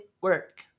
work